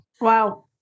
Wow